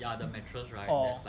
oh